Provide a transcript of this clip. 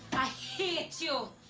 i hate you!